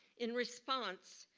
in response,